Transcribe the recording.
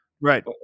right